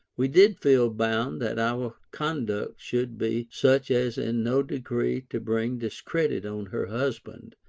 we did feel bound that our conduct should be such as in no degree to bring discredit on her husband,